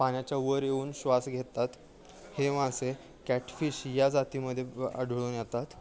पाण्याच्या वर येऊन श्वास घेतात हे मासे कॅटफिश या जातीमध्ये आढळून येतात